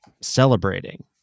celebrating